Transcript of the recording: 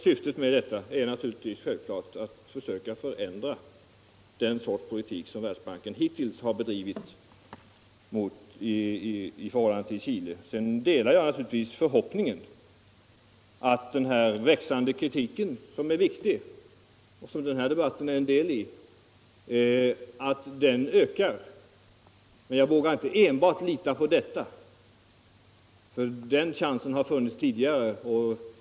Syftet med detta är naturligtvis att försöka ändra den politik som Världsbanken hittills har bedrivit i förhållande till Chile. Sedan delar jag naturligtvis uppfattningen att kritiken mot Världsbanken är viktig — denna debatt är en del i den — och att den kommer att öka. Men jag vågar inte enbart lita på detta. Chansen härtill har funnits tidigare.